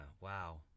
wow